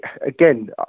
again